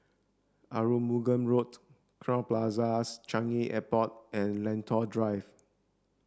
Arumugam Road Crowne Plaza Changi Airport and Lentor Drive